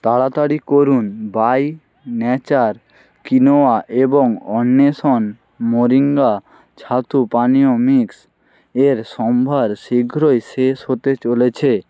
তাড়াতাড়ি করুন by nature quinoa এবং অন্বেষণ মোরিঙ্গা ছাতু পানীয় মিক্স এর সম্ভার শীঘ্রই শেষ হতে চলেছে